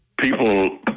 people